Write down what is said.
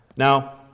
Now